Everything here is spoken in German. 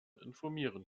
informieren